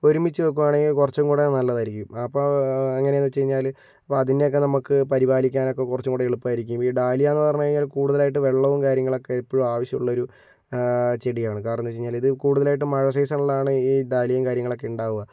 ഒരുമിച്ച് വയ്ക്കുകയാണെങ്കിൽ കുറച്ചും കൂടി നല്ലതായിരിക്കും അപ്പോൾ എങ്ങനെയാണെന്ന് വെച്ച് കഴിഞ്ഞാൽ അതിൻ്റെയൊക്കെ നമ്മൾക്ക് പരിപാലിക്കാനൊക്കെ കുറച്ചും കൂടി എളുപ്പമായിരിക്കും ഈ ഡാലിയ എന്ന് പറഞ്ഞ് കഴിഞ്ഞാൽ കൂടുതലായിട്ട് വെള്ളവും കാര്യങ്ങളൊക്കെ എപ്പോഴും ആവശ്യമുള്ളൊരു ചെടിയാണ് കാരണമെന്ന് വെച്ചു കഴിഞ്ഞാൽ ഇത് കൂടുതലും മഴ സീസണിലാണ് ഈ ഡാലിയയും കാര്യങ്ങളൊക്കെ ഉണ്ടാവുക